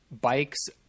bikes